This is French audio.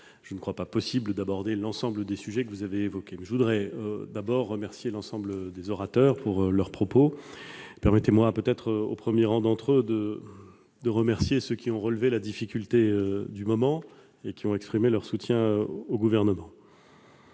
à l'occasion de cette réponse, l'ensemble des sujets que vous avez évoqués. Je voudrais d'abord remercier l'ensemble des orateurs pour leurs propos. Permettez-moi de saluer, au premier rang d'entre eux, ceux qui ont relevé la difficulté du moment et exprimé leur soutien au Gouvernement.